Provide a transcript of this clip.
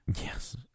Yes